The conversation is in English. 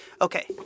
Okay